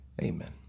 Amen